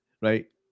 Right